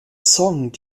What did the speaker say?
song